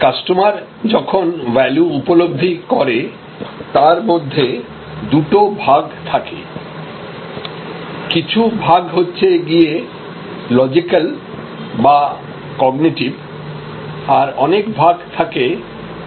customer যখন value উপলব্ধি করে তার মধ্যে দুটো ভাগ থাকে কিছু ভাগ হচ্ছে গিয়ে লজিক্যাল বা কগনিটিভ আর অনেক ভাগ থাকে ইমোশনাল